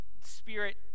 spirit